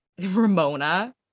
Ramona